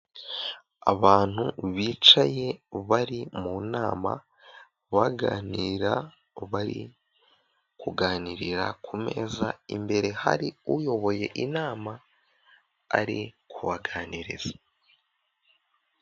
Abantu bicaye bari mu nama baganira bari kuganira ku meza imbere hari uyoboye inama ari kubaganiriza.